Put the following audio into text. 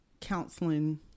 counseling